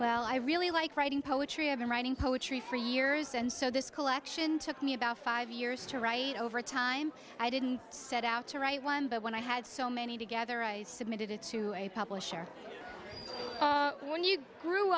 well i really like writing poetry i've been writing poetry for years and so this collection took me about five years to write over time i didn't set out to write one but when i had so many together i submitted it to a publisher when you grew